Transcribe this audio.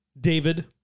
David